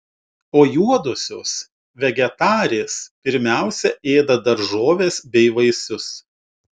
o juodosios vegetarės pirmiausia ėda daržoves bei vaisius